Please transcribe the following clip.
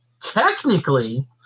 technically